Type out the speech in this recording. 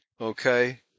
Okay